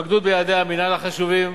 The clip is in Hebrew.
התמקדות ביעדי המינהל החשובים.